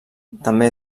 també